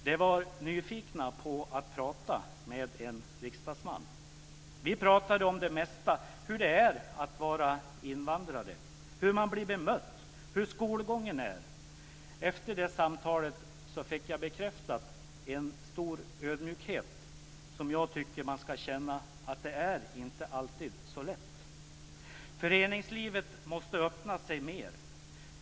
De var nyfikna på att prata med en riksdagsman. Vi pratade om det mesta, om hur det är att vara invandrare, om hur man blir bemött, om hur skolgången är. Efter det samtalet bekräftades den stora ödmjukhet som jag tycker att man ska känna. Det är inte alltid så lätt. Föreningslivet måste öppna sig mer.